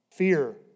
Fear